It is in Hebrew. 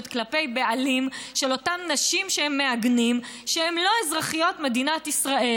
כלפי בעלים של אותן נשים שהם מעגנים שהן לא אזרחיות מדינת ישראל.